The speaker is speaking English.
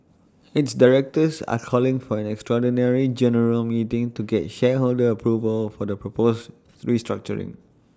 its directors are calling for an extraordinary general meeting to get shareholder approval for the proposed restructuring